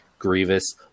Grievous